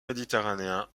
méditerranéen